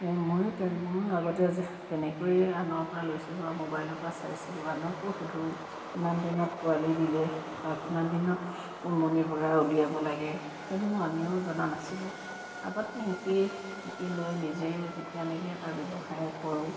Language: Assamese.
ময়ো তে ময়ো আগতে যে তেনেকৈয়ে আনৰ পৰা লৈছিলোঁ বা মোবাইলৰ পৰা চাইছিলোঁ আনকো সোধোঁ কিমান দিনত পোৱালি দিলে বা কিমান দিনত উমনিৰ পৰা উলিয়াব লাগে সেইবোৰ আমিও জনা নাছিলোঁ আগতে শিকি লৈ নিজে যেতিয়া নেকি এটা ব্যৱসায় কৰোঁ